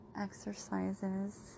exercises